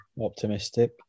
optimistic